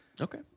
Okay